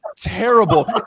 terrible